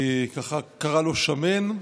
קרא לו שמן.